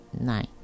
nine